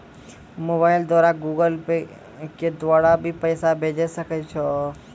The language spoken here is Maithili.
मोबाइल द्वारा गूगल पे के द्वारा भी पैसा भेजै सकै छौ?